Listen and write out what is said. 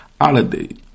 holiday